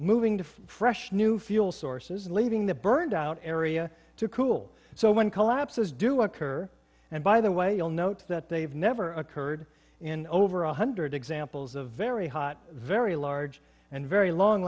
moving to fresh new fuel sources leaving the burned out area to cool so when collapses do occur and by the way you'll note that they've never occurred in over one hundred examples of very hot very large and very long